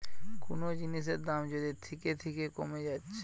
কুনো জিনিসের দাম যদি থিকে থিকে কোমে যাচ্ছে